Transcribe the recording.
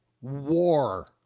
war